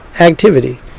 activity